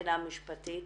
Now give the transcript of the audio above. מבחינה משפטית.